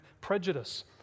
prejudice